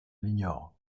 l’ignore